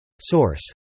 Source